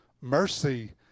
mercy